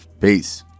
Peace